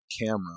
camera